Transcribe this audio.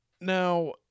Now